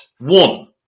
One